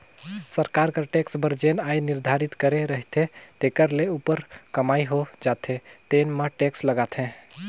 सरकार कर टेक्स बर जेन आय निरधारति करे रहिथे तेखर ले उप्पर कमई हो जाथे तेन म टेक्स लागथे